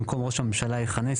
במקום 'ראש הממשלה יכנס',